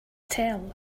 tell